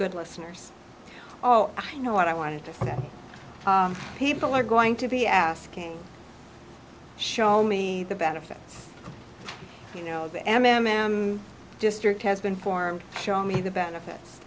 good listeners oh i know what i wanted to do that people are going to be asking show me the benefits you know the m m m district has been formed show me the benefits